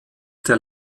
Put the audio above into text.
der